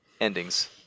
endings